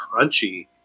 crunchy